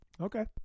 Okay